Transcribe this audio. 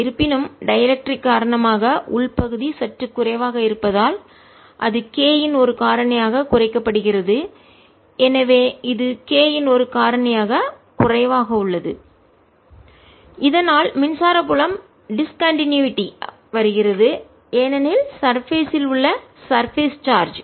இருப்பினும்டைஎலெக்ட்ரிக் காரணமாக உள் பகுதி சற்று குறைவாக இருப்பதால் அது k இன் ஒரு காரணியாக குறைக்கப்படுகிறது எனவே இது k இன் ஒரு காரணியாக குறைவாக உள்ளது இதனால் மின்சார புலம் டிஸ்கண்டினுவிட்டி இடைநிறுத்தம் வருகிறது ஏனெனில் சர்பேஸ் இல் மேற்பரப்பில் உள்ள சர்பேஸ் மேற்பரப்பு சார்ஜ்